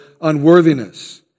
unworthiness